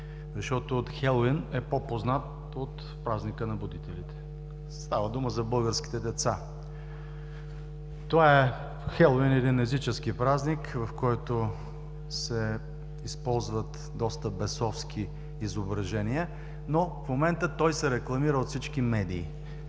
Защото Хелоуин е по-познат от празника на будителите – става дума за българските деца. Хелоуин е един езически празник, в който се използват доста бесовски изображения, но в момента той се рекламира от всички медии.